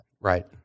Right